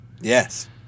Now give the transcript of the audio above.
Yes